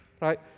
right